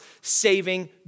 saving